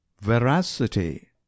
Veracity